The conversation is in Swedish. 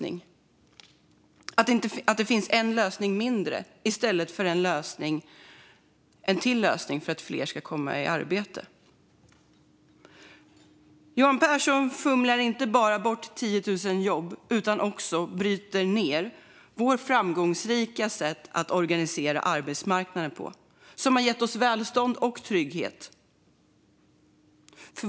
Jag kan konstatera att det finns en lösning mindre i stället för en lösning till för att fler ska komma i arbete. Johan Pehrson fumlar inte bara bort 10 000 jobb utan bryter också ned vårt framgångsrika sätt att organisera arbetsmarknaden. Det har gett oss välstånd och trygghet.